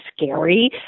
scary